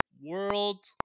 world